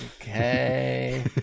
okay